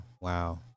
Wow